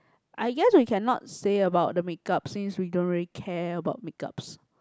I guess we cannot say about the make up since we don't really care about make ups